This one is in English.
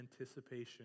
anticipation